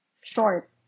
short